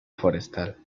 forestal